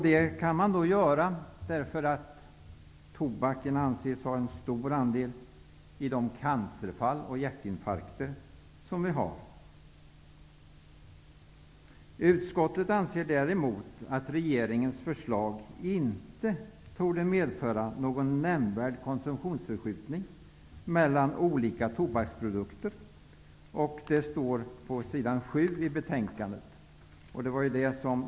Det kan man göra, därför att tobaken anses orsaka en stor del av cancerfallen och hjärtinfarkterna. Utskottet anser däremot att regeringens förslag inte torde medföra någon nämnvärd konsumtionsförskjutning mellan olika tobaksprodukter, som Lars Bäckström var orolig för. Det står på s. 7 i betänkandet.